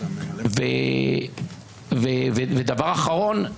ודבר אחרון,